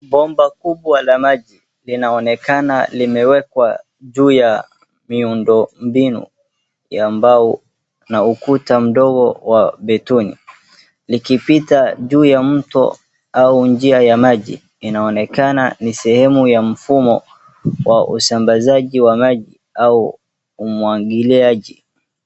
Bomba kubwa la maji linaonekana limewekwa juu ya miundombinu ya mbao na ukuta mdogo wa betuni. Likipita juu ya mto au njia ya maji inaonekana ni sehemu ya mfumo wa usambazaji wa maji au umwagiliaji.